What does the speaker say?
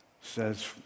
says